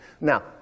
Now